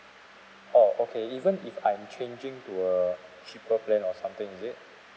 oh okay even if I'm changing to a cheaper plan or something is it